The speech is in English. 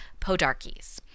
Podarches